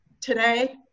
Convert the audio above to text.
today